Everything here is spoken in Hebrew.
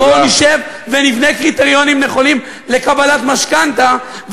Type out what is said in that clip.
בואו נשב ונבנה קריטריונים נכונים לקבלת משכנתה,